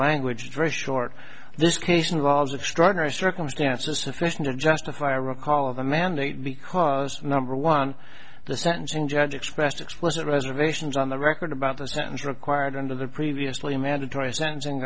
language very short this case involves extraordinary circumstances sufficient to justify a recall of the mandate because number one the sentencing judge expressed explicit reservations on the record about the sentence required under the previously mandatory sentenc